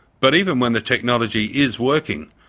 but even when the technology is working,